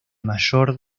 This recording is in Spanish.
mayor